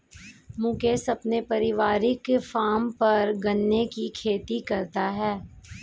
मुकेश अपने पारिवारिक फॉर्म पर गन्ने की खेती करता है